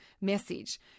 message